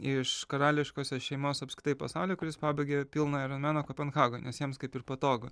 iš karališkosios šeimos apskritai pasauly kuris pabaigė pilną aironmeną kopenhagoj nes jiems kaip ir patogu